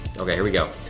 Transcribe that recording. okay, here we go.